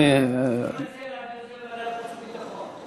אני מציע להעביר את זה לוועדת החוץ והביטחון.